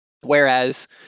Whereas